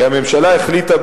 כי הממשלה החליטה,